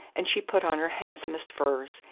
and she put on her handsomest furs,